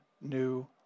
new